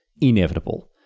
inevitable